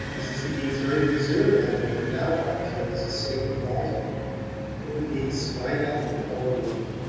mrs. heeny's very reserve, however, now marked her as a safe adviser and undine sprang up and called her in.